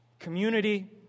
Community